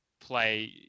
play